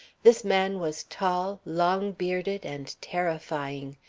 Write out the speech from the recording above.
this man was tall, long-bearded, and terrifying.